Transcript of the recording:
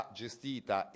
gestita